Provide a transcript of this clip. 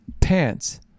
pants